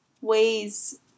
ways